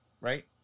right